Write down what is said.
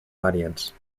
audience